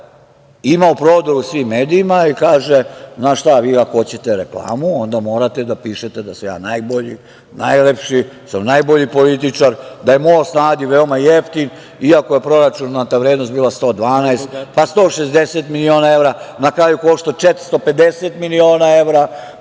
imao prodor u svim medijima i kaže, znaš šta, vi ako hoćete reklamu, onda morate da pišete da sam ja najbolji, najlepši, da sam najbolji političar, da je most na Adi, veoma jeftin, iako je proračunata vrednost bila 112, pa 160 miliona evra, a na kraju koštao 450 miliona evra,